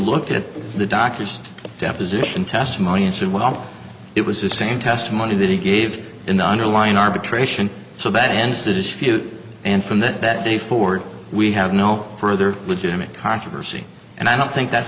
looked at the doctor's deposition testimony and said well it was the same testimony that he gave in the underlying arbitration so that ends that is and from that day forward we have no further legitimate controversy and i don't think that's